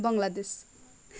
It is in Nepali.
बङ्गलादेश